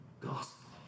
gospel